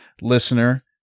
Listener